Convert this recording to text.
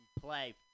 play